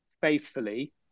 faithfully